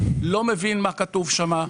לא מבין מה כתוב שם.